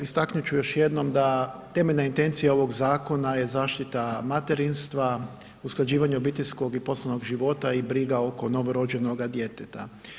Istaknu ću još jednom da temeljna intencija ovog zakona je zaštita materinstva, usklađivanje obiteljskog i poslovnog života, i briga oko novorođenoga djeteta.